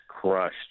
crushed